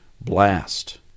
blast